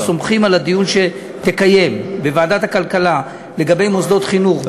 אנחנו סומכים על הדיון שתקיים בוועדת הכלכלה לגבי מוסדות חינוך,